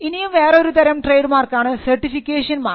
ഇനിയും വേറൊരു തരം ട്രേഡ് മാർക്കാണ് സർട്ടിഫിക്കേഷൻ മാർക്ക്